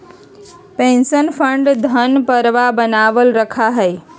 pension fund धन प्रवाह बनावल रखा हई